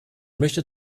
möchte